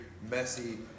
messy